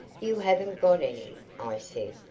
you haven't got any, i said.